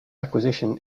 acquisition